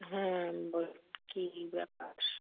হ্যাঁ বলুন কী ব্যাপার